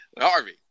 Harvey